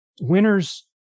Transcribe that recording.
winners